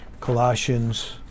Colossians